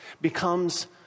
becomes